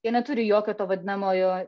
jie neturi jokio to vadinamojo